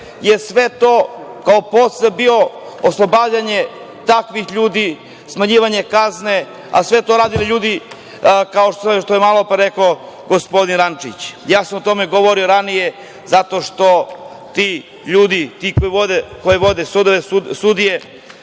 je sve to kao posledica bilo oslobađanje takvih ljudi, smanjivanje kazne, a sve to su radili ljudi, kao što je malopre rekao gospodin Rančić… Ja sam o tome govorio ranije, zato što ti ljudi, ti koji vode sudove, sudije